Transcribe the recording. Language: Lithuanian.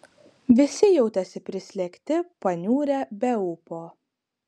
visi jautėsi prislėgti paniurę be ūpo